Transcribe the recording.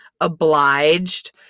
Obliged